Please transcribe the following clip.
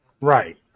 right